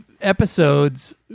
episodes